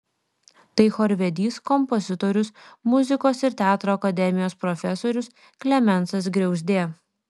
tai chorvedys kompozitorius muzikos ir teatro akademijos profesorius klemensas griauzdė